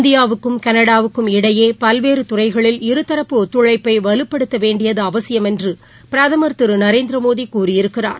இந்தியாவுக்கும் கனடாவுக்கும் இடையே பல்வேறுதுறைகளில் இருதரப்பு ஒத்துழைப்பை வலுப்படுத்த வேண்டியது அவசியம் என்று பிரதமர் திரு நரேந்திரமோடி கூறியிருக்கிறார்